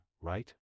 right